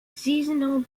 seasonal